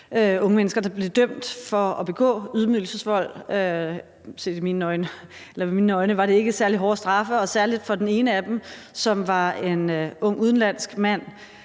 unge mennesker, der blev dømt for at begå ydmygelsesvold, og i mine øjne var det ikke særlig hårde straffe, og særlig for den ene af dem, som var en ung udenlandsk mand,